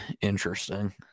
interesting